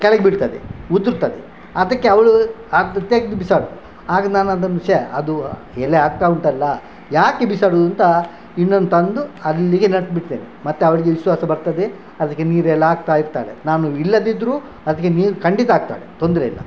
ಕೆಳಗೆ ಬೀಳ್ತದೆ ಉದುರ್ತದೆ ಅದಕ್ಕೆ ಅವಳು ಅದು ತೆಗ್ದು ಬಿಸಾಕು ಹಾಗೆ ನಾನು ಅದನ್ನು ಶ್ಯೇ ಅದು ಎಲೆ ಆಗ್ತಾ ಉಂಟಲ್ಲ ಯಾಕೆ ಬಿಸಾಡೋದು ಅಂತ ಇನ್ನೊಂದು ತಂದು ಅಲ್ಲಿಗೆ ನೆಟ್ಟು ಬಿಡ್ತೇನೆ ಮತ್ತು ಅವರಿಗೆ ವಿಶ್ವಾಸ ಬರ್ತದೆ ಅದಕ್ಕೆ ನೀರೆಲ್ಲ ಹಾಕ್ತಾಯಿರ್ತಾಳೆ ನಾನು ಇಲ್ಲದಿದ್ದರೂ ಅದಕ್ಕೆ ನೀರು ಖಂಡಿತ ಹಾಕ್ತಾಳೆ ತೊಂದರೆಯಿಲ್ಲ